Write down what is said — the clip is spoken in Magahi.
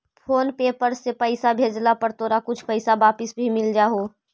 फोन पे पर से पईसा भेजला पर तोरा कुछ पईसा वापस भी मिल जा हो